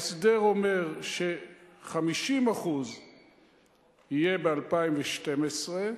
ההסדר אומר ש-50% יהיו ב-2012,